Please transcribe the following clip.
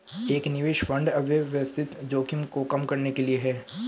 एक निवेश फंड अव्यवस्थित जोखिम को कम करने के लिए है